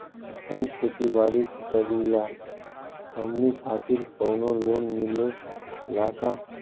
हम खेती बारी करिला हमनि खातिर कउनो लोन मिले ला का?